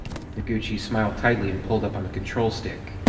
noguchi smiled tightly and pulled up on the control stick.